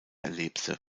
erlebte